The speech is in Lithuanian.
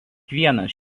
vienas